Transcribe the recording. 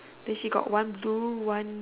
then she got one blue one